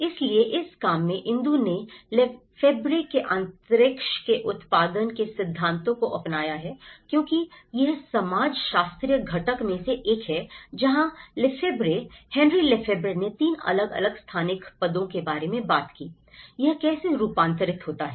इसलिए इस काम में इंदु ने लेफ़ेब्रे के अंतरिक्ष के उत्पादन के सिद्धांत को अपनाया है क्योंकि यह समाजशास्त्रीय घटक में से एक है जहां लेफेब्रे हेनरी लेफेब्रे ने 3 अलग अलग स्थानिक पदों के बारे में बात की यह कैसे रूपांतरित होता है